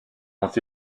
ont